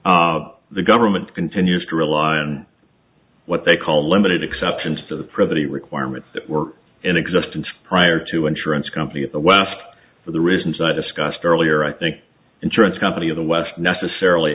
time the government continues to rely on what they call limited exceptions to the privity requirements that were in existence prior to insurance company at the last for the reasons i discussed earlier i think insurance company of the west necessarily